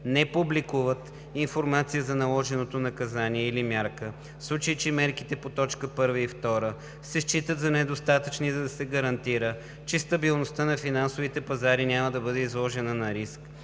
не публикуват информация за наложеното наказание или мярка, в случай че мерките по т. 1 и 2 се считат за недостатъчни, за да се гарантира, че стабилността на финансовите пазари няма да бъде изложена на риск